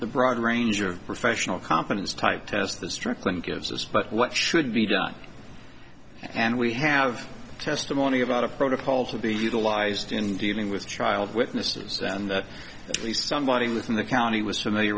the broad range of professional competence type tests the strickland gives us but what should be done and we have testimony about a protocol to be utilized in dealing with child witnesses and at least somebody within the county was familiar